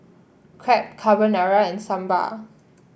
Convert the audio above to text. Crepe Carbonara and Sambar